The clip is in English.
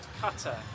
cutter